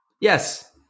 Yes